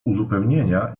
uzupełnienia